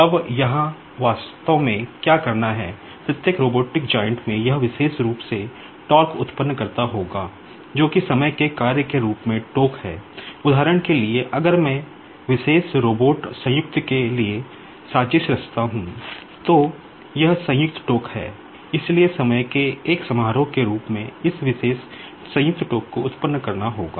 अब यहाँ वास्तव में क्या करना है प्रत्येक रोबोटिक जॉइंट में यह विशेष रूप से उत्पन्न करना होगा जो कि समय के कार्य के रूप में टोक़ को उत्पन्न करना होगा